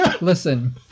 Listen